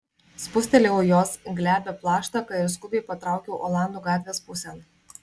spustelėjau jos glebią plaštaką ir skubiai patraukiau olandų gatvės pusėn